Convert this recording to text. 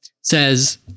says